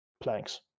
planks